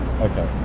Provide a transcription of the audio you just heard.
Okay